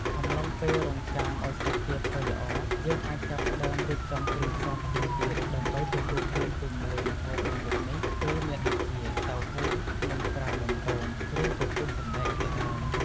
អំឡុងពេលរង់ចាំឱ្យសាច់ទាផុយល្អ យើងអាចចាប់ផ្ដើម រៀបចំគ្រឿងផ្សំផ្សេងទៀត ដើម្បីទទួលទានជាមួយម្ហូបមួយមុខនេះគឺ មានដូចជា តៅហ៊ូ និង ត្រាវបំពង ឬ ពពុះសណ្ដែកជាដើម។